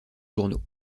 journaux